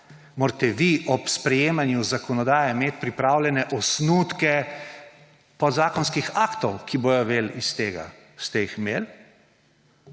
morate vi ob sprejemanju zakonodaje imeti pripravljene osnutke podzakonskih aktov, ki bodo veli iz tega. Ste jih imeli?